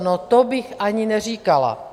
No to bych ani neříkala.